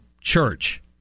church